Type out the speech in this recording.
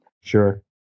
Sure